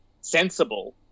sensible